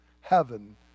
heaven